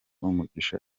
umugisha